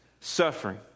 suffering